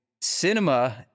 cinema